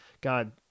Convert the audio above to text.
God